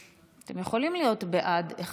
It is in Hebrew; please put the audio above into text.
בעד,